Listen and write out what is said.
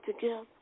together